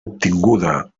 obtinguda